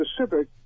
specific